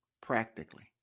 practically